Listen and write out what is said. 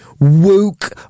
woke